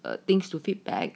or things to feedback